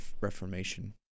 reformation